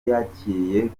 yakiriye